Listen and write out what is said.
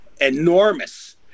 enormous